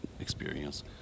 experience